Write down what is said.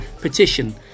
petition